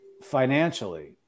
financially